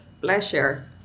pleasure